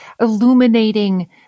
illuminating